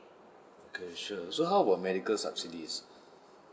okay sure so how about medical subsidies